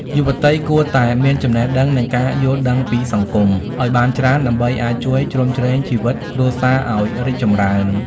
យុវតីគួរតែ "មានចំណេះដឹង និងការយល់ដឹងពីសង្គម" ឱ្យបានច្រើន ដើម្បីអាចជួយជ្រោមជ្រែងជីវិតគ្រួសារឱ្យរីកចម្រើន។